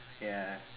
ya